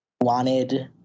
wanted